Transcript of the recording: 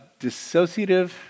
dissociative